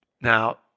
Now